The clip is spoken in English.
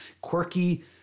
quirky